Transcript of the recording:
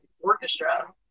orchestra